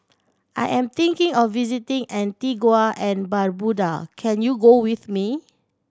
I am thinking of visiting Antigua and Barbuda can you go with me